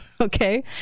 Okay